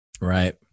Right